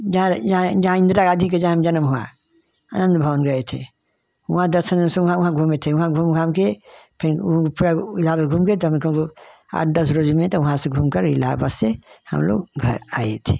जहाँ जहाँ जहाँ इन्दिरा गाँधी के ज जन्म हुआ आनंद भवन गए थे वहाँ दर्शन वर्शन वहाँ वहाँ घूमे थे वहाँ घूम घाम कर फिर वो पूरा वो इलाहबाद घूम के तब कबो आठ दस रोज में तब वहाँ से घूमकर इलाहाबाद से हम लोग घर आए थे